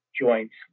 joints